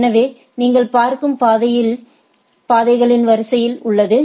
எனவே நீங்கள் பார்க்கும் பாதைகளின் வரிசை உள்ளது